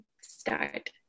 start